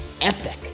epic